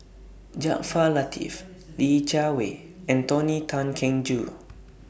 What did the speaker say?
Jaafar Latiff Li Jiawei and Tony Tan Keng Joo